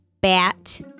bat